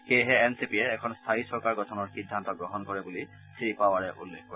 সেয়েহে N C পিয়ে এখন স্থায়ী চৰকাৰ গঠনৰ সিদ্ধান্ত গ্ৰহণ কৰে বুলি শ্ৰীপাৱাৰে উল্লেখ কৰে